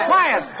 Quiet